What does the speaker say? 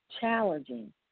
challenging